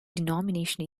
denomination